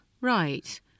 Right